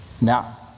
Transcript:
Now